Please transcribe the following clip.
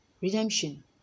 redemption